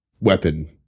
weapon